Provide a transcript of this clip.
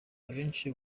abenshi